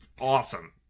awesome